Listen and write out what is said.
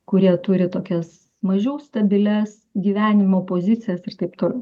kurie turi tokias mažiau stabilias gyvenimo pozicijas ir taip toliau